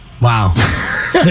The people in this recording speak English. Wow